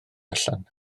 allan